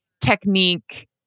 technique